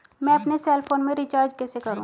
मैं अपने cell phone में रिचार्ज कैसे करूँ?